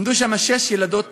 עמדו שם שש ילדות